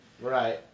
Right